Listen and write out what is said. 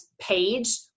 page